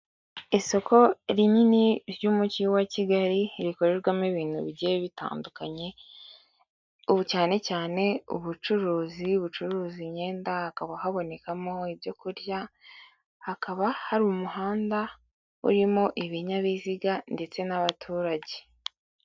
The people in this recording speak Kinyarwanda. Isoko rinini ry'umujyi wa Kigali, rikorerwamo ibintu bigiye bitandukanye, ubu cyane cyane ubucuruzi bucuruza imyenda, hakaba habonekamo ibyo kurya, hakaba hari umuhanda urimo ibinyabiziga ndetse n'abaturage.